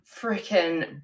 freaking